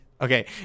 Okay